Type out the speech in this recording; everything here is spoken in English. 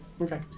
Okay